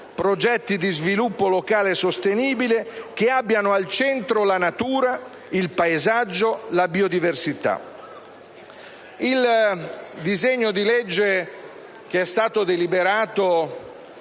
progetti di sviluppo locale sostenibile che abbiano al centro la natura, il paesaggio e la biodiversità. Il disegno di legge deliberato